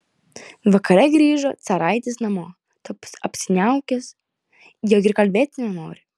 vakare grįžo caraitis namo toks apsiniaukęs jog ir kalbėti nenori